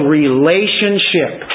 relationship